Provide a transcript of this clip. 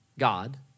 God